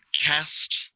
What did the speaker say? cast